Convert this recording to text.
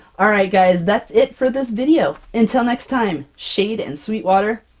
alright guys that's it for this video! until next time, shade and sweet water,